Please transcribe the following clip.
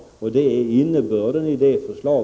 Det är innebörden i vårt förslag.